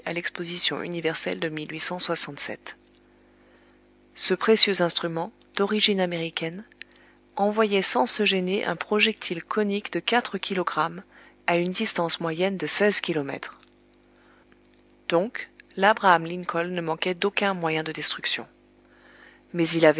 l'exposition universelle de ce précieux instrument d'origine américaine envoyait sans se gêner un projectile conique de quatre kilogrammes à une distance moyenne de seize kilomètres donc labraham lincoln ne manquait d'aucun moyen de destruction mais il